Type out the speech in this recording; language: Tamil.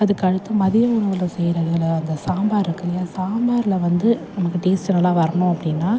அதுக்கு அடுத்து மதிய உணவில் செய்யறதுல அந்த சாம்பார் இருக்கு இல்லை சாம்பாரில் வந்து நமக்கு டேஸ்டு நல்லா வரணும் அப்படினா